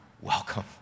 welcome